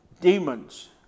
demons